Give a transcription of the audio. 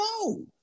no